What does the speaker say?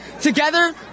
Together